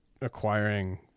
acquiring